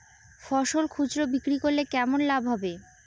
ফসল খুচরো বিক্রি করলে কেমন লাভ হবে?